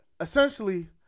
essentially